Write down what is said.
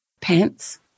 Pants